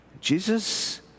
Jesus